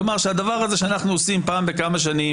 שהדבר הזה שאנחנו עושים פעם בכמה שנים,